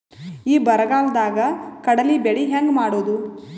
ಈ ಬರಗಾಲದಾಗ ಕಡಲಿ ಬೆಳಿ ಹೆಂಗ ಮಾಡೊದು?